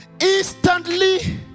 instantly